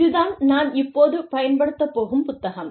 இது தான் நான் இப்போது பயன்படுத்தப் போகும் புத்தகம்